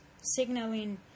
signaling